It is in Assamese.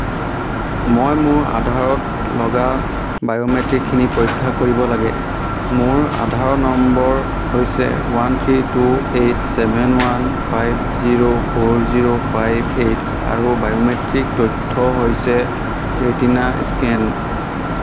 মই মোৰ আধাৰত লগা বায়োমেট্ৰিকখিনি পৰীক্ষা কৰিব লাগে মোৰ আধাৰ নম্বৰ হৈছে one three two eight seven one five zero four zero five eight আৰু বায়োমেট্ৰিক তথ্য হৈছে ৰেটিনা স্কেন